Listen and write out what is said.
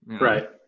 Right